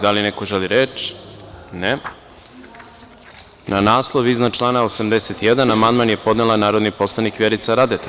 Da li neko želi reč? (Ne.) Na naslov iznad člana 81. amandman je podnela narodni poslanik Vjerica Radeta.